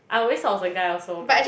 I always thought it's a guy also but